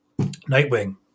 Nightwing